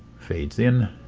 fades in